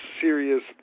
serious